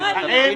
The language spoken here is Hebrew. העניין.